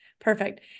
Perfect